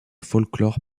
folklore